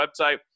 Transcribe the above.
website